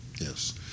Yes